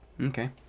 Okay